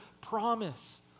promise